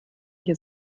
hier